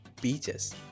beaches